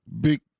big